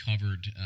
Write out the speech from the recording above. covered